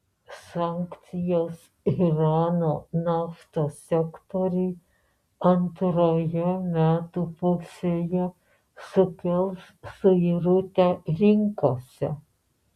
sankcijos irano naftos sektoriui antroje metų pusėje sukels suirutę rinkose